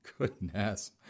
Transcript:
goodness